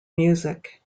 music